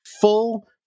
full